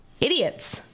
idiots